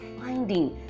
finding